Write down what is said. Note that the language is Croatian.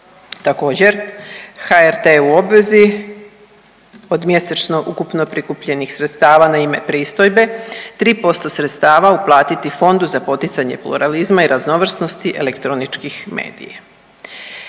Također, HRT je u obvezi od mjesečno ukupno prikupljenih sredstava na ime pristojbe 3% sredstava uplatiti Fondu za poticanje pluralizma i raznovrsnosti elektroničkih medija.